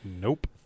nope